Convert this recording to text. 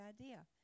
idea